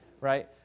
right